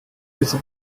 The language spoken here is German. diese